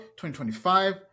2025